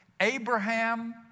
Abraham